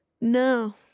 No